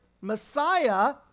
Messiah